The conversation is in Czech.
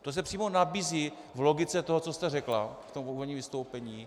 To se přímo nabízí v logice toho, co jste řekla v úvodním vystoupení.